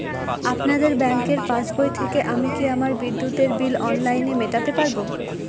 আপনাদের ব্যঙ্কের পাসবই থেকে আমি কি আমার বিদ্যুতের বিল অনলাইনে মেটাতে পারবো?